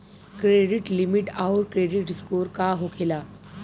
Credit limit आउर credit score का होखेला?